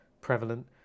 prevalent